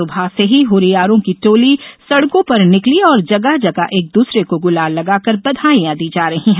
सुबह से ही हुरियारों की टोली सड़कों पर निकली और जगह जगह एक दूसरे को गुलाल लगाकर बधाईयां दी जा रही है